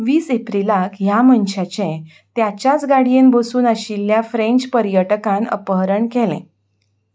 वीस एप्रीलाक ह्या मनशाचें ताच्याच गाडयेन बसून आशिल्ल्या फ्रेंच पर्यटकान अपहरण केलें